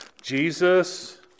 Jesus